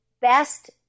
best